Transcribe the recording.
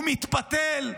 הוא מתפתל.